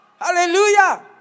Hallelujah